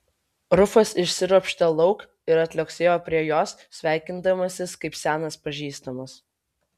rufas išsiropštė lauk ir atliuoksėjo prie jos sveikindamasis kaip senas pažįstamas